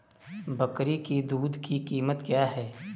बकरी की दूध की कीमत क्या है?